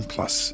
Plus